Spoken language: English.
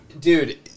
dude